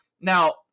now